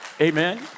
Amen